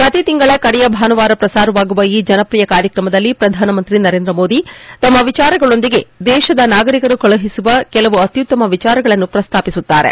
ಪ್ರತಿ ತಿಂಗಳ ಕಡೆಯ ಭಾನುವಾರ ಪ್ರಸಾರವಾಗುವ ಈ ಜನಪ್ರಿಯ ಕಾರ್ಯಕ್ರಮದಲ್ಲಿ ಶ್ರಧಾನಮಂತ್ರಿ ಮೋದಿ ತಮ್ನ ವಿಚಾರಗಳೊಂದಿಗೆ ದೇಶದ ನಾಗರಿಕರು ಕಳಿಸುವ ಕೆಲವು ಅತ್ಯುತ್ತಮ ವಿಚಾರಗಳನ್ನು ಪ್ರಸ್ತಾಪಿಸುತ್ತಾರೆ